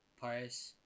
Paris